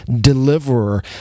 deliverer